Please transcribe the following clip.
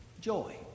Joy